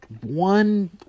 one